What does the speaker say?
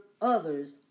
others